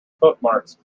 footmarks